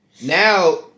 Now